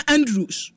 Andrews